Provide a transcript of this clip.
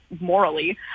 morally